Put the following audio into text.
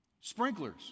Sprinklers